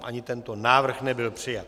Ani tento návrh nebyl přijat.